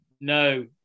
no